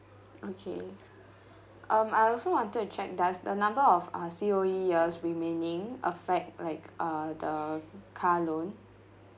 okay um I also wanted to check does the number of uh C_O_E years remaining affect like uh the car loan